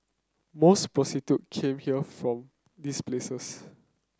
most prostitute came here from these places